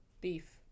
beef